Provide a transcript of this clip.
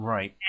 Right